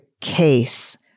case